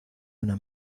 una